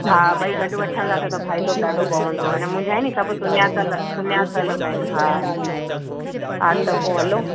हा ॿई गॾु वठंदासीं त फ़ाइदो बि ॾाढो पवंदो अने मुंहिंजा आहे न सभु सुञातल सुञातल बि अहिनि हा हा त पोइ हलूं